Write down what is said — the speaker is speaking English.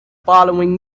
following